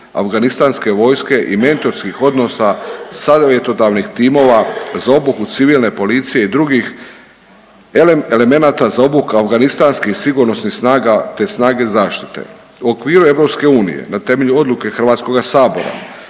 afganistanske vojske i mentorskih odnosa savjetodavnih timova za obuku civilne policije i drugih elemenata za obuku afganistanskih sigurnosnih snaga te snage zaštite. U okviru EU na temelju odluke Hrvatskoga sabora